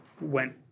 went